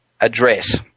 address